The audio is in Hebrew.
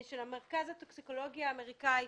של המרכז הטוקסיקולוגי האמריקאי,